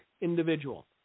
individual